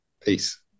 Peace